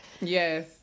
Yes